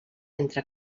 entre